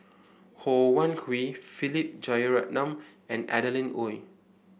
Ho Wan Hui Philip Jeyaretnam and Adeline Ooi